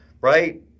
right